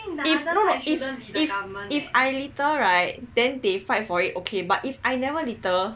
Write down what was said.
no no if if if I litter right then they fight for it okay but if I never litter